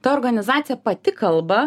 ta organizacija pati kalba